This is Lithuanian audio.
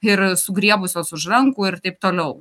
ir sugriebusios už rankų ir taip toliau